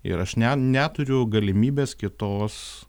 ir aš ne neturiu galimybės kitos